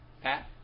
Pat